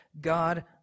God